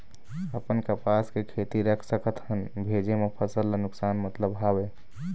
अपन कपास के खेती रख सकत हन भेजे मा फसल ला नुकसान मतलब हावे?